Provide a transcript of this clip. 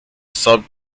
sub